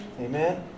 Amen